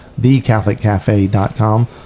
thecatholiccafe.com